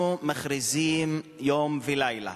אנחנו מכריזים יום ולילה